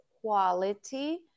quality